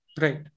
Right